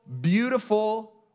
beautiful